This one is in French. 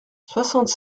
soixante